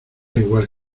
igual